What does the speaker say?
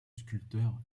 sculpteur